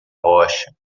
rocha